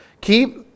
Keep